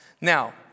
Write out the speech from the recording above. Now